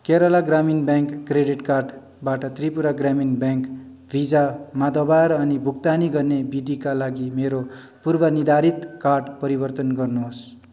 Kerala Gramin bank credit कार्डबाट Tripura Gramin bank भिजामा दबाएर अनि भुक्तानी गर्ने विधिका लागि मेरो पूर्वनिर्धारित कार्ड परिवर्तन गर्नुहोस्